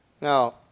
Now